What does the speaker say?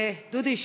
דודי,